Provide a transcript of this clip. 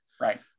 Right